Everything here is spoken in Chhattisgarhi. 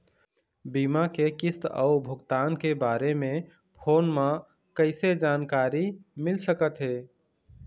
बीमा के किस्त अऊ भुगतान के बारे मे फोन म कइसे जानकारी मिल सकत हे?